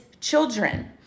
children